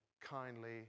kindly